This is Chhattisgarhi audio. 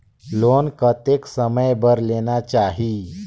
लोन कतेक समय बर लेना चाही?